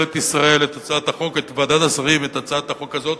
ממשלת ישראל, ועדת השרים, את הצעת החוק הזאת